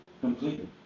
completely